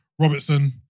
Robertson